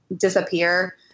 disappear